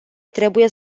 trebuie